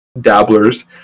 dabblers